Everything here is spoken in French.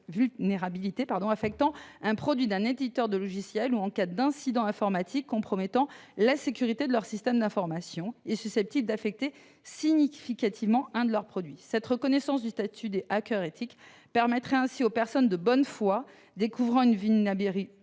vulnérabilité affectant le produit d'un éditeur de logiciel ou en cas d'incident informatique compromettant la sécurité du système d'information et susceptible d'affecter significativement un desdits produits. Une telle reconnaissance du statut de hacker éthique permettrait aux personnes de bonne foi, qui découvrent une vulnérabilité,